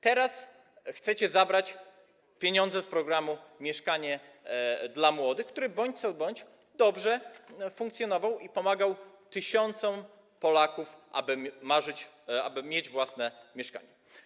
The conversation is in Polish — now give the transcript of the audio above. Teraz chcecie zabrać pieniądze z programu „Mieszkanie dla młodych”, który bądź co bądź dobrze funkcjonował i pomagał tysiącom Polaków, pozwalał marzyć o tym, aby mieć własne mieszkanie.